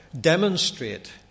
demonstrate